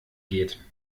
geht